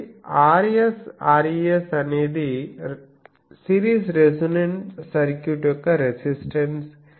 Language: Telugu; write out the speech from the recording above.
కాబట్టి Rs res అనేది సిరీస్ రెసోనెంట్ సర్క్యూట్ యొక్క రెసిస్టన్స్